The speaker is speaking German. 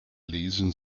lesen